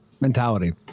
mentality